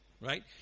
Right